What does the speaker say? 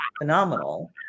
phenomenal